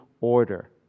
order